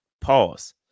Pause